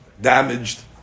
damaged